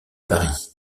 paris